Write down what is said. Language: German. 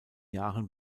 jahren